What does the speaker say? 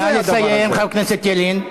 נא לסיים, חבר הכנסת ילין.